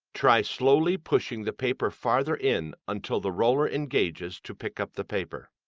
try slowly pushing the paper farther in until the roller engages to pick up the paper.